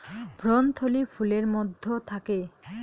ভ্রূণথলি ফুলের মধ্যে থাকে